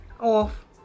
off